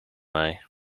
mij